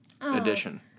edition